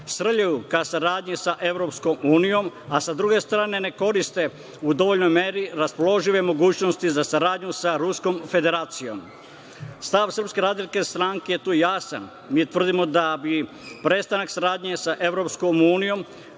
srljaju ka saradnji sa EU, a sa druge strane ne koriste u dovoljnoj meri raspoložive mogućnosti za saradnju sa Ruskom Federacijom. Stav SRS je tu jasan, mi tvrdimo da bi prestanak saradnje sa EU,